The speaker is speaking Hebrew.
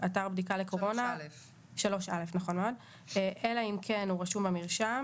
אתר בדיקה לקורונה אלא אם כן הוא רשום במרשם.